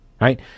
right